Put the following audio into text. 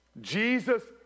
Jesus